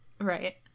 Right